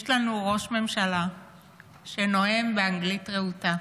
יש לנו ראש ממשלה שנואם באנגלית רהוטה